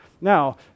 Now